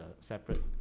separate